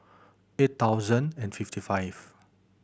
eight thousand and fifty five